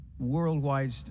worldwide